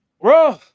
bro